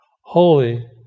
Holy